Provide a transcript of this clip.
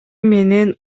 менен